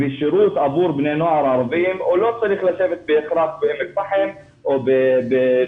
שירות עבור בני נוער ערביים לא צריך לשבת בהכרח באום אל פאחם או בנצרת,